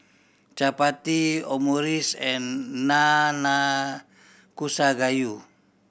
Chapati Omurice and Nanakusa Gayu